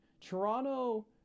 Toronto